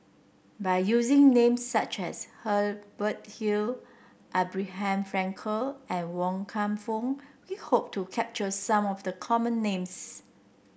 by using names such as Hubert Hill Abraham Frankel and Wan Kam Fook we hope to capture some of the common names